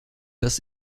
das